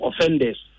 offenders